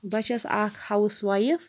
بہٕ چھَس اَکھ ہاوُس وایف